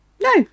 No